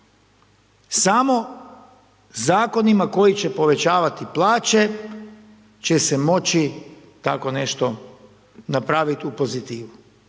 Samo zakonima koji će povećavati plaće će se moći tako nešto napraviti u pozitivu.